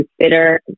consider